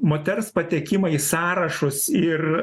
moters patekimą į sąrašus ir